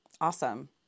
Awesome